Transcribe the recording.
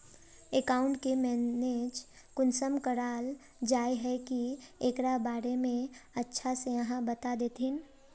Account के manage कुंसम कराल जाय है की एकरा बारे में अच्छा से आहाँ बता देतहिन?